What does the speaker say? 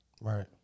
Right